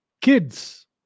kids